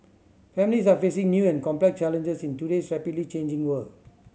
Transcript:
families are facing new and complex challenges in today's rapidly changing world